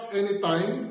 anytime